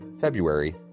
February